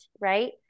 right